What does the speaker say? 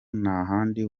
ntahandi